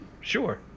sure